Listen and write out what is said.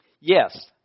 Yes